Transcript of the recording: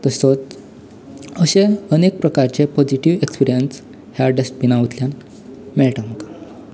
तसोच अशें अनेक प्रकाराचे पोझिटीव एक्सपिर्यन्स ह्या डस्टबिनांतल्यान मेळटा आमकां